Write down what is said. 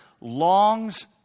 longs